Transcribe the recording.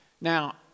Now